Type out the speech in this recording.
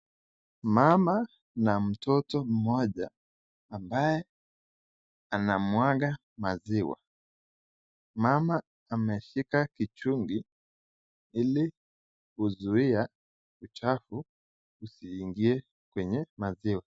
Mama na mtoto mmoja ambaye anamwaga maziwa. Mama ameshika kichungi ili kuzuia uchafu usiingie kwenye maziwa.